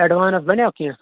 advance بَنیٛاہ کیٚنٛہہ